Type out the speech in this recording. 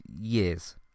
years